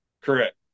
Correct